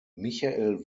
michael